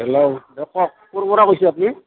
hello দে কওক ক'ৰ পৰা কৈছে আপুনি